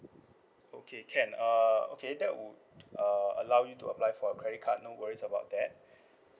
okay can uh okay that would uh allow you to apply for a credit card no worries about that